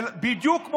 בדיוק,